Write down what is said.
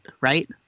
Right